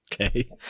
Okay